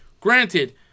Granted